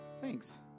thanks